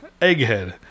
Egghead